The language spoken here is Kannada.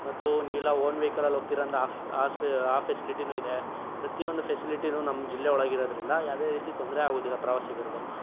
ಮತ್ತು ನೀವೆಲ್ಲ ಓನ್ ವೆಹಿಕಲಲ್ಲಿ ಹೋಗ್ತೀರ ಅಂದರೆ ಆ ಆ ಫೆಸಿಲಿಟಿನೂ ಇದೆ ಪ್ರತಿಯೊಂದು ಫೆಸಿಲಿಟಿನು ನಮ್ಮ ಜಿಲ್ಲೆಯೊಳಗೆ ಇರೋದ್ರಿಂದ ಯಾವ್ದೆ ರೀತಿ ತೊಂದರೆ ಆಗೋದಿಲ್ಲ ಪ್ರವಾಸಿಗರಿಗೆ